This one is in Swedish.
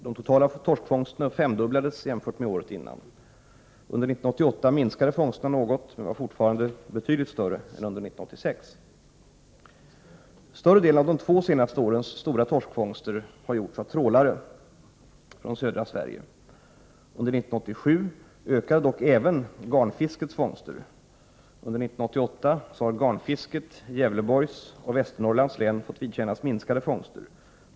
De totala torskfångsterna femdubblades jämfört med året innan. Under 1988 minskade fångsterna något, men var fortfarande betydligt större än under 1986. Större delen av de två senaste årens stora torskfångster har gjorts av trålare från södra Sverige. Under 1987 ökade dock även garnfiskets fångster. Under 1988 har garnfisket i Gävleborgs och Västernorrlands län fått vidkännas minskade fångster.